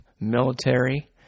military